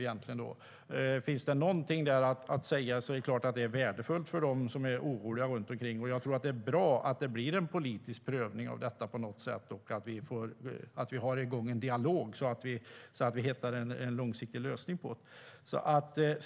Om det finns någonting att säga där är det klart att det är värdefullt för dem som är oroliga. Jag tror att det är bra att det sker en politisk prövning av detta på något sätt och att vi har en dialog, så att vi hittar en långsiktig lösning.